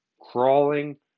crawling